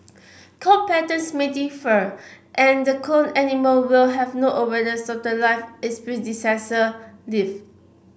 coat patterns may differ and the cloned animal will have no the life its predecessor lived